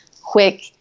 quick